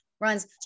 Runs